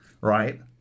right